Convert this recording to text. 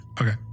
Okay